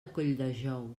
colldejou